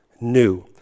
new